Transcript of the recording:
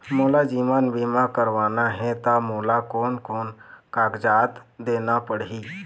मोला जीवन बीमा करवाना हे ता मोला कोन कोन कागजात देना पड़ही?